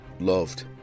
loved